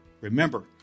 Remember